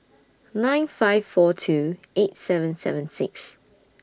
nine five four two eight seven seven six